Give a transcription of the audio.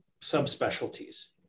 subspecialties